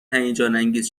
هیجانانگیز